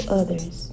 others